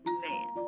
man